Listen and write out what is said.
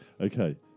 Okay